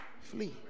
flee